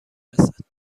رسد